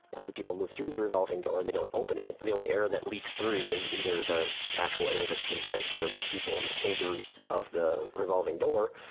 as the people move through the revolving door, they don't open it. the the only air that leaks through is either the actual air that's being transported with the people in the chambers of the revolving door,